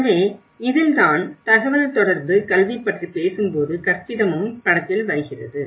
எனவே இதில்தான் தகவல் தொடர்பு கல்வி பற்றிப் பேசும்போது கற்பிதமும் படத்தில் வருகிறது